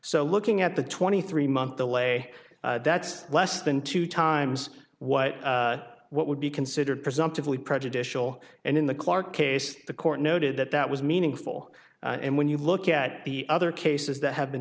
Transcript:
so looking at the twenty three month delay that's less than two times what what would be considered presumptively prejudicial and in the clarke case the court noted that that was meaningful and when you look at the other cases that have been